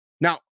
Now